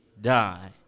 die